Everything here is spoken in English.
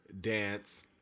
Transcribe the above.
dance